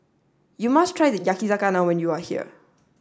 you must try Yakizakana when you are here